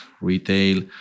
retail